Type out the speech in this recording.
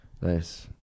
nice